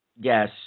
Yes